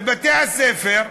שיעורי מתמטיקה בבתי-הספר,